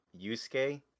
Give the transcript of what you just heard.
Yusuke